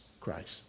Christ